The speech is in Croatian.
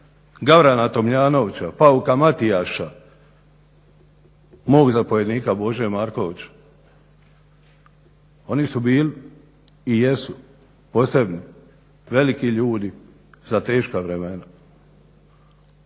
Gavrana Tomljanovića, Pauka Matijaša, mog zapovjednika Bože Markovića. Oni su bili i jesu posebni, veliki ljudi za teška vremena.